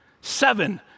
seven